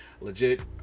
legit